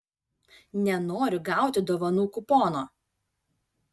nenoriu gauti dovanų kupono